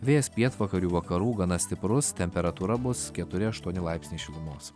vėjas pietvakarių vakarų gana stiprus temperatūra bus keturi aštuoni laipsniai šilumos